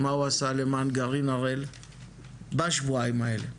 מה הוא עשה למען גרעין הראל בשבועיים האלה?